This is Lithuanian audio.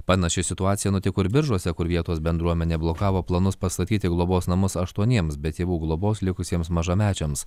panaši situacija nutiko ir biržuose kur vietos bendruomenė blokavo planus pastatyti globos namus aštuoniems be tėvų globos likusiems mažamečiams